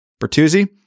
Bertuzzi